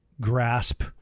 grasp